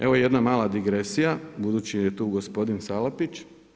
Evo jedna mala digresija, budući je tu gospodin Salapić.